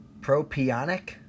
Propionic